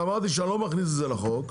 אמרתי שאני לא מכניס את זה לחוק,